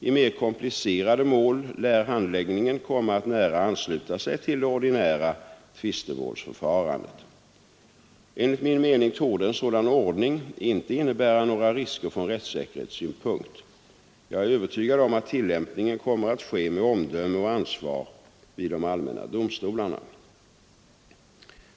I mer komplicerade mål lär handläggningen komma att nära ansluta sig till det ordinära tvistemålsförfarandet. Enligt min mening torde en sådan ordning inte innebära några risker från rättssäkerhetssynpunkt. Jag är övertygad om att tillämpningen kommer att ske med omdöme och ansvar vid de allmänna domstolarna.